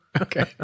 Okay